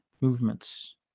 movements